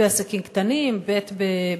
בעסקים קטנים, ב.